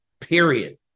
period